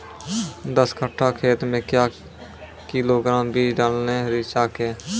दस कट्ठा खेत मे क्या किलोग्राम बीज डालने रिचा के?